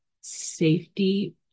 safety